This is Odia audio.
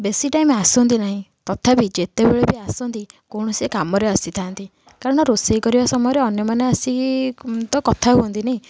ବେଶୀ ଟାଇମ୍ ଆସନ୍ତି ନାହିଁ ତଥାପି ଯେତେବେଳେ ବି ଆସନ୍ତି କୌଣସି କାମରେ ଆସିଥାନ୍ତି କାରଣ ରୋଷେଇ କରିବା ସମୟରେ ଅନ୍ୟମାନେ ଆସିକି ତ କଥା ହୁଅନ୍ତିନି